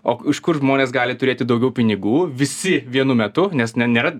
o iš kur žmonės gali turėti daugiau pinigų visi vienu metu nes ne nėra